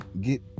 get